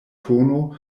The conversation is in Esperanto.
tono